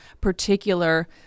particular